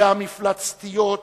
והמפלצתיות,